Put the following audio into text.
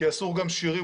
כי אסור גם שירים,